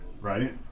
right